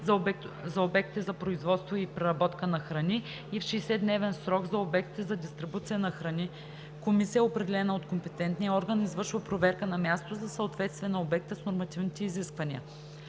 за обектите за производство и преработка на храни, и в 60-дневен срок – за обектите за дистрибуция на храни, комисия, определена от компетентния орган, извършва проверка на място за съответствие на обекта с нормативните изисквания.